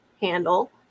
handle